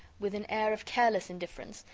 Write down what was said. with an air of careless indifference,